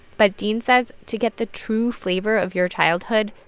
but dean says to get the true flavor of your childhood,